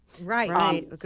Right